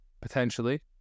potentially